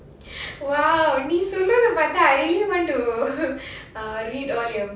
!wow! நீ சொல்றதைப்பத்தா:nee solrathaipaatha I really want to err read all your